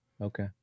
okay